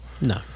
No